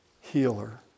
healer